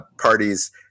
parties